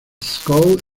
scholz